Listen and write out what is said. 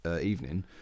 evening